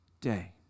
day